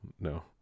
No